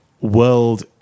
World